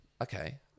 okay